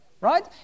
right